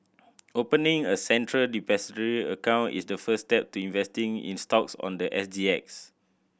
opening a Central Depository account is the first step to investing in stocks on the S G X